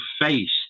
face